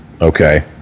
okay